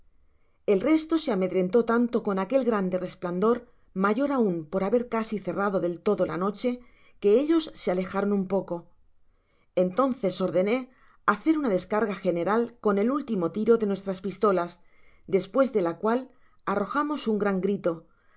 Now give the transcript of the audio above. el resto se amedrentó tanto con aquel grande resplandor mayor aun por haber casi cerrado del todo la noche que ellos se alejaron un poco entonces ordené hacer una descarga general con el último tiro de nuestras pistolas despues de la cual arrojamos un gran grito á